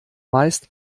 meist